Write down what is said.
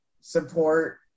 support